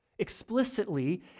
Explicitly